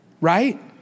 right